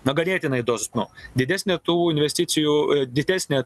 na ganėtinai dosnu didesnė tų investicijų didesnė